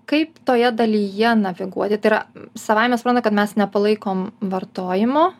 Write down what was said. kaip toje dalyje naviguoti tai yra savaime supranta kad mes nepalaikom vartojimo